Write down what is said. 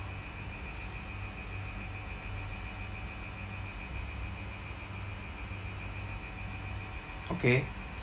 okay